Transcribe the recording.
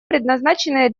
предназначенные